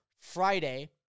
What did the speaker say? Friday